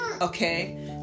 Okay